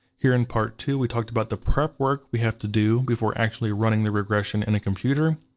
here in part two we talked about the prep work we have to do before actually running the regression in a computer.